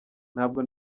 ntabwo